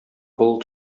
болыт